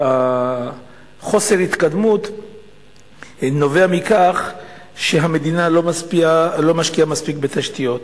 חוסר התקדמות נובע מכך שהמדינה לא משקיעה מספיק בתשתיות?